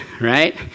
right